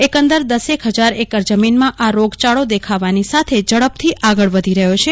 એકંદર દશેક હજાર એકર જમીનમાં આ રોગચાળો દેખાવાની સાથે ઝડપથી આગળ વધી રહ્યો છે